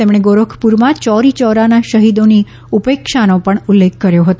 તેમણે ગોરખપુરમાં ચૌરીચૌરાના શહીદોની ઉપેક્ષાનો પણ ઉલ્લેખ કર્યો હતો